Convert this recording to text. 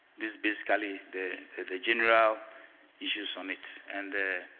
this basically the the general issues on it. and